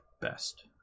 best